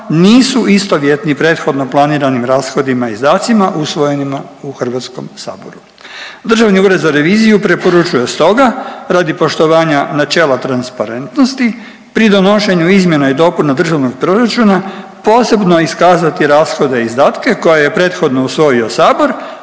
nisu istovjetno prethodno planiranim rashodima i izdacima usvojenima u HS. Državni ured za reviziju preporučuje stoga radi poštovanja načela transparentnosti pri donošenju izmjena i dopuna državnog proračuna posebno iskazati rashode i izdatke koje je prethodno usvojio sabor,